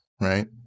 right